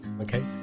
okay